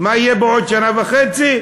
מה יהיה בעוד שנה וחצי?